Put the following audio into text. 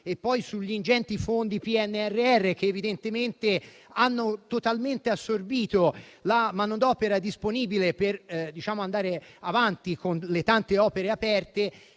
e poi sugli ingenti fondi PNRR, che evidentemente hanno totalmente assorbito la manodopera disponibile per proseguire con le tante opere aperte.